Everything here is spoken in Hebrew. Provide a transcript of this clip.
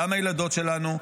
בדם הילדות שלנו.